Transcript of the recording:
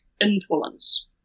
influence